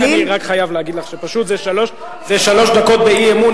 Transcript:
אני חייב להגיד לך שזה שלוש דקות באי-אמון,